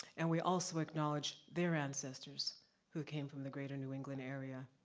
and we also acknowledge their ancestors who came from the greater new england area